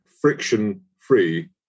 friction-free